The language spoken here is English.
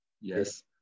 Yes